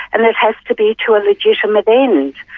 and it has to be to a legitimate end.